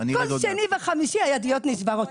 כל שני וחמישי הידיות נשברות.